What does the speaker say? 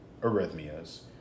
arrhythmias